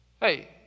Hey